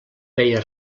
veia